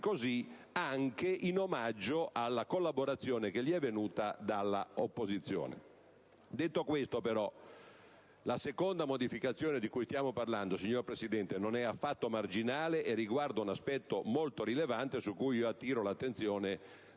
così, anche in omaggio alla collaborazione che gli è venuta dall'opposizione. Detto questo, però, la seconda modificazione di cui stiamo parlando, signor Presidente, non è affatto marginale, e riguarda un aspetto molto rilevante, su cui attiro l'attenzione